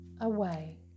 away